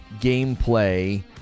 gameplay